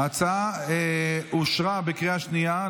ההצעה אושרה בקריאה שנייה.